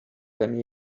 ten